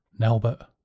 Nelbert